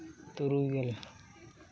ᱛᱩᱨᱩᱭ ᱜᱮᱞ